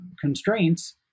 constraints